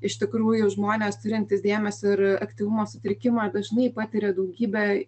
iš tikrųjų žmonės turintys dėmesio ir aktyvumo sutrikimą dažnai patiria daugybę